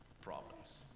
problems